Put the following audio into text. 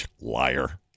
Liar